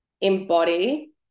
embody